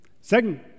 Second